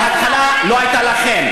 תמציאו, בהתחלה היא לא הייתה לכם.